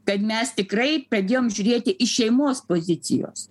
kad mes tikrai pradėjom žiūrėti iš šeimos pozicijos